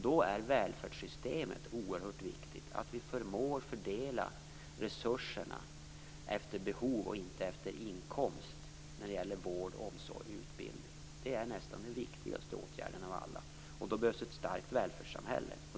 Då är välfärdssystemet oerhört viktigt, att vi förmår fördela resurserna efter behov och inte efter inkomst när det gäller vård, omsorg och utbildning. Det är nästan den viktigaste åtgärden av alla. Då behövs ett starkt välfärdssamhälle.